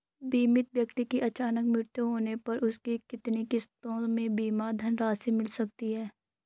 बीमित व्यक्ति के अचानक मृत्यु होने पर उसकी कितनी किश्तों में बीमा धनराशि मिल सकती है?